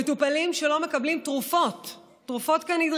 מטופלים שלא מקבלים תרופות כנדרש.